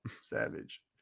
Savage